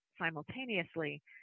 simultaneously